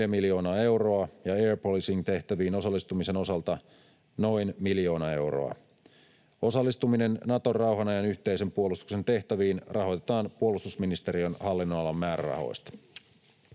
3,4 miljoonaa euroa ja air policing -tehtäviin osallistumisen osalta noin miljoona euroa. Osallistuminen Naton rauhan ajan yhteisen puolustuksen tehtäviin rahoitetaan puolustusministeriön hallinnonalan määrärahoista.